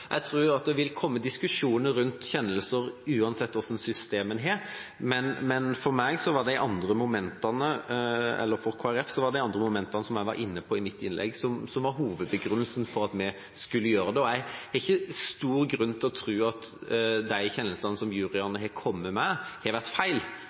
Jeg tror det vil komme diskusjoner rundt kjennelser uansett hvilket system man har, men for Kristelig Folkeparti var det de andre momentene, som jeg var inne på i mitt innlegg, som var hovedbegrunnelsen for at vi skulle gjøre dette. Jeg har ikke stor grunn til å tro at de kjennelsene som